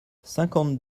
cinquante